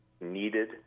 needed